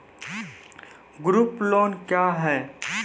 Group loan क्या है?